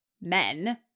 men